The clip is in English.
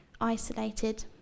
isolated